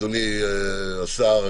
אדוני השר,